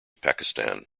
pakistan